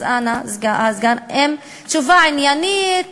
אז אנא, הסגן, תשובה עניינית